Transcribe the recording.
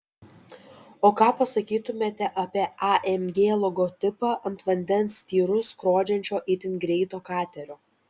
o ką pasakytumėte apie amg logotipą ant vandens tyrus skrodžiančio itin greito katerio